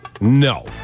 No